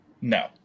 No